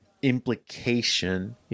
Implication